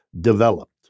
developed